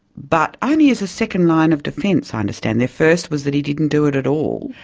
but only as a second line of defence i understand. the first was that he didn't do it at all.